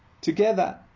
together